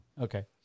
Okay